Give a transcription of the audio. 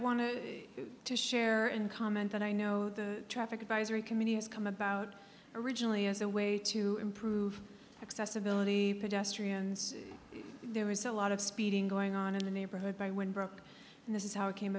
wanted to share in comment and i know the traffic advisory committee has come about originally as a way to improve accessibility pedestrians there was a lot of speeding going on in the neighborhood by when broke and this is how it came